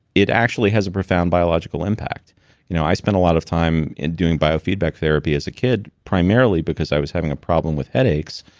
it actually has a profound biological impact you know i spent a lot of time doing biofeedback therapy as a kid primarily because i was having a problem with headaches.